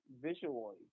visually